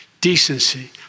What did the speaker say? decency